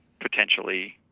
potentially